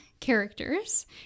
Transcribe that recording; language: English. Characters